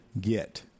get